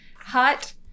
hot